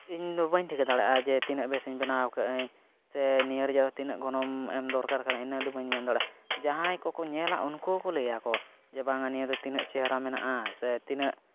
ᱤᱧᱫᱚ ᱵᱟᱹᱧ ᱴᱷᱤᱠᱟᱹ ᱫᱟᱲᱮᱭᱟᱜᱼᱟ ᱡᱮ ᱛᱤᱱᱟᱹᱜ ᱵᱮᱥᱤᱧ ᱵᱮᱱᱟᱣ ᱟᱠᱟᱫᱟᱹᱧ ᱥᱮ ᱱᱤᱭᱟᱹ ᱨᱮᱭᱟᱜ ᱛᱤᱱᱟᱹᱜ ᱜᱚᱱᱚᱝ ᱮᱢ ᱫᱚᱨᱠᱟᱨ ᱠᱟᱱᱟ ᱤᱱᱟᱹ ᱫᱚ ᱵᱟᱹᱧ ᱢᱮᱱ ᱫᱟᱲᱮᱭᱟᱜᱼᱟ ᱡᱟᱦᱟᱸᱭ ᱠᱚᱠᱚ ᱧᱮᱞᱟ ᱩᱱᱠᱩ ᱜᱮᱠᱚ ᱞᱟᱹᱭᱟᱠᱚ ᱡᱮ ᱵᱟᱝᱼᱟ ᱱᱤᱭᱟᱹ ᱫᱚ ᱛᱤᱱᱟᱹᱜ ᱪᱮᱦᱨᱟ ᱢᱮᱱᱟᱜᱼᱟ ᱥᱮ ᱛᱤᱱᱟᱹᱜ